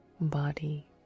body